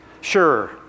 Sure